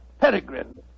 Peregrine